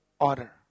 order